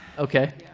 okay.